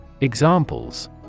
Examples